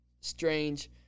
strange